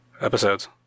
episodes